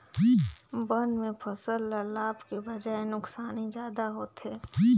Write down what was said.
बन में फसल ल लाभ के बजाए नुकसानी जादा होथे